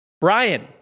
Brian